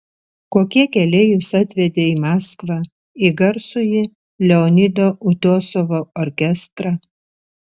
kokie keliai jus atvedė į maskvą į garsųjį leonido utiosovo orkestrą